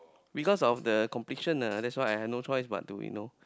because of the completion ah that's why I have no choice but to you know